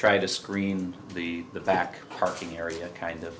try to screen the back parking area kind of